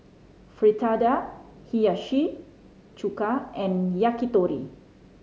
Fritada Hiyashi Chuka and Yakitori